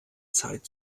zeit